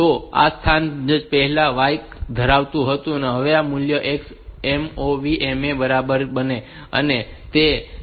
તો આ સ્થાન જે પહેલા y ધરાવતું હતું તે હવે આ મૂલ્ય x MOV MA ની બરાબર બને છે અને તે તેને x ની બરાબર બનાવશે